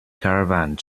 caravan